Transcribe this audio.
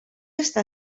estar